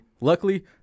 luckily